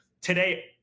today